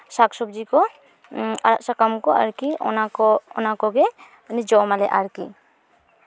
ᱥᱟᱠ ᱥᱚᱵᱽᱡᱤ ᱠᱚ ᱟᱲᱟᱜ ᱥᱟᱠᱟᱢ ᱠᱚ ᱟᱨᱠᱤ ᱚᱱᱟᱠᱚ ᱚᱱᱟ ᱠᱚᱜᱮ ᱢᱟᱱᱮ ᱡᱚᱢ ᱟᱞᱮ ᱟᱨᱠᱤ